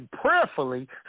prayerfully